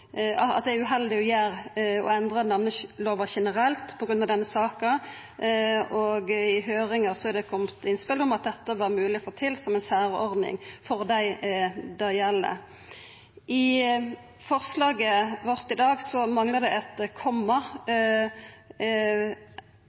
Vi meiner det er uheldig å endra namnelova generelt på grunn av denne saka, og i høyringa er det kome innspel om at dette er mogleg å få til som ei særordning for dei det gjeld. I forslaget vårt i dag manglar det eit komma.